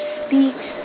speaks